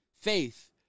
Faith